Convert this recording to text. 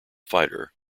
fighter